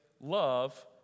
love